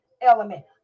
element